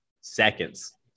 Seconds